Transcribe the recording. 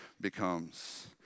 becomes